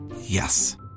Yes